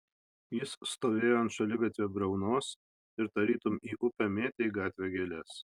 jis stovėjo ant šaligatvio briaunos ir tarytum į upę mėtė į gatvę gėles